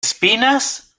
espinas